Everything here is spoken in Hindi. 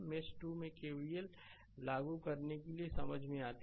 मेष 2 में केवीएल लागू करने के लिए समझ में आता है